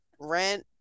rent